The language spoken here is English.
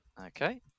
Okay